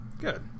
Good